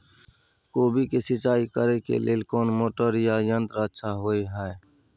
कोबी के सिंचाई करे के लेल कोन मोटर या यंत्र अच्छा होय है?